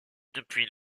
depuis